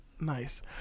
Nice